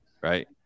right